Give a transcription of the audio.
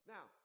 Now